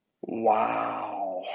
Wow